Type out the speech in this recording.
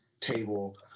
table